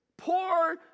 Poor